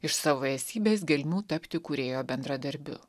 iš savo esybės gelmių tapti kūrėjo bendradarbiu